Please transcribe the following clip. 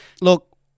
Look